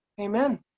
Amen